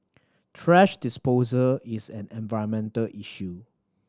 thrash disposal is an environmental issue